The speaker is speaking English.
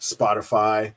Spotify